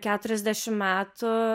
keturiasdešim metų